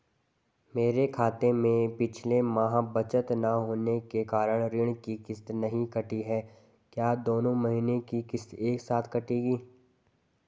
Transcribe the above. मेरे खाते में पिछले माह बचत न होने के कारण ऋण की किश्त नहीं कटी है क्या दोनों महीने की किश्त एक साथ कटेगी?